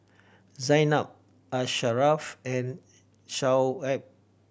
Zaynab Asharaff and Shoaib